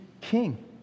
king